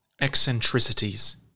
eccentricities